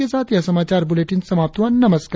इसी के साथ यह समाचार बुलेटिन समाप्त हुआ नमस्कार